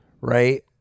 right